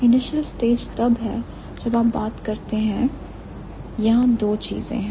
initial stage तब है जब आप बात करते हैं यहां दो चीजें हैं